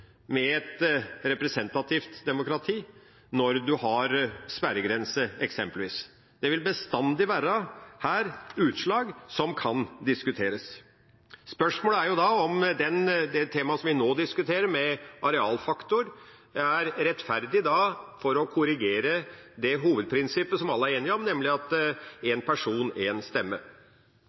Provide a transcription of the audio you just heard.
med et representativt demokrati når en har sperregrense, eksempelvis. Det vil bestandig være utslag her som kan diskuteres. Spørsmålet er da om det temaet som vi nå diskuterer, med arealfaktor, er rettferdig for å korrigere det hovedprinsippet som alle er enige om, nemlig én person, én stemme.